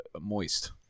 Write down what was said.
moist